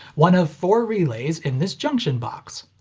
one of four relays in this junction box.